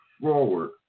forward